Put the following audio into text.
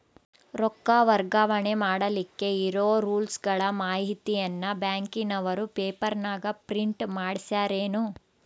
ರೊಕ್ಕ ವರ್ಗಾವಣೆ ಮಾಡಿಲಿಕ್ಕೆ ಇರೋ ರೂಲ್ಸುಗಳ ಮಾಹಿತಿಯನ್ನ ಬ್ಯಾಂಕಿನವರು ಪೇಪರನಾಗ ಪ್ರಿಂಟ್ ಮಾಡಿಸ್ಯಾರೇನು?